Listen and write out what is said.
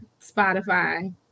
Spotify